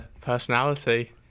personality